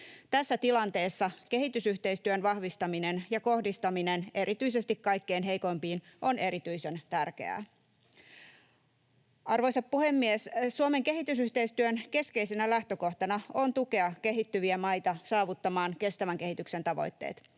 Tässä tilanteessa kehitysyhteistyön vahvistaminen ja kohdistaminen erityisesti kaikkein heikoimpiin on erityisen tärkeää. Arvoisa puhemies! Suomen kehitysyhteistyön keskeisenä lähtökohtana on tukea kehittyviä maita saavuttamaan kestävän kehityksen tavoitteet.